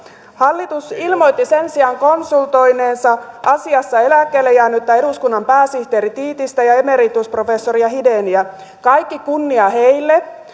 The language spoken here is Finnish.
hallitus ilmoitti sen sijaan konsultoineensa asiassa eläkkeelle jäänyttä eduskunnan pääsihteeri tiitistä ja emeritusprofessori hideniä kaikki kunnia heille